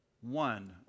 one